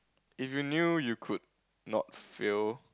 if you knew you could not fail